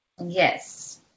Yes